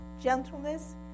gentleness